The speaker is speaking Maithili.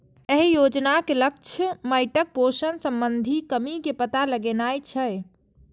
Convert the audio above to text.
एहि योजनाक लक्ष्य माटिक पोषण संबंधी कमी के पता लगेनाय छै